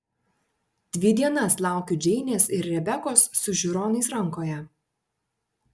dvi dienas laukiu džeinės ir rebekos su žiūronais rankoje